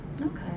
Okay